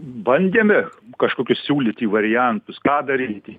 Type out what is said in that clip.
bandėme kažkokius siūlyti variantus ką daryti